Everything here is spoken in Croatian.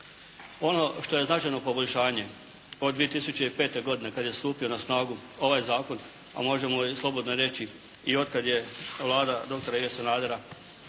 Ono što je značajno poboljšanje od 2005. godine kad je stupio na snagu ovaj zakon, a možemo i slobodno reći i otkad je Vlada dr. Ive Sanadera